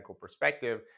perspective